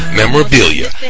memorabilia